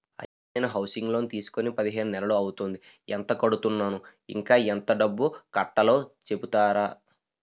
అయ్యా నేను housing loan తీసుకొని పదిహేను నెలలు అవుతోందిఎంత కడుతున్నాను, ఇంకా ఎంత డబ్బు కట్టలో చెప్తారా?